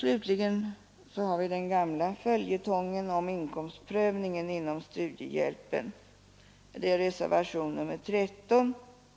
Slutligen har vi den gamla följetongen om inkomstprövningen inom studiehjälpen. Den återfinner vi i reservation nr 13.